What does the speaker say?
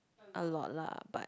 a lot lah but